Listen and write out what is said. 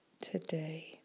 today